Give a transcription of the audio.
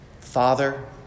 Father